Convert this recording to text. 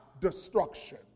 destruction